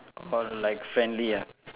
or like friendly ah